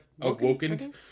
Awoken